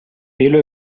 pelo